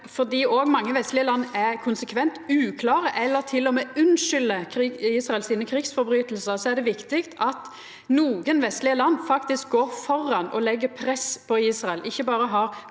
fordi mange vestlege land òg er konsekvent uklare, eller til og med unnskylder Israels krigsbrotsverk, er det viktig at nokre vestlege land faktisk går føre og legg press på Israel – ikkje berre har